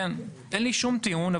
אין לו שום טיעון,